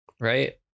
right